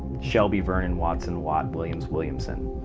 shelby, vernon, watson, watt, williams, williamson.